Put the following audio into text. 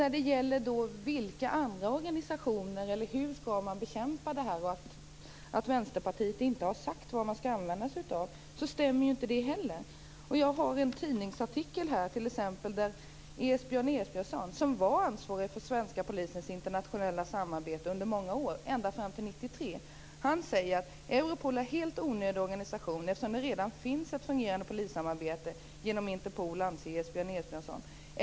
Att Vänsterpartiet inte har sagt vad man skall använda sig av för att bekämpa detta stämmer inte heller. Jag har en tidningsartikel här där Esbjörn Esbjörnsson, som var ansvarig för den svenska polisens internationella samarbete under många år ända fram till 1993, säger att Europol är en helt onödig organisation eftersom det redan finns ett fungerande polissamarbete genom Interpol.